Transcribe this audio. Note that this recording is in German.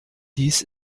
dies